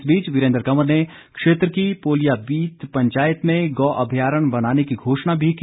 इस बीच वीरेन्द्र कंवर ने क्षेत्र की पोलियाबीत पंचायत में गौ अभ्यारण्य बनाने की घोषणा भी की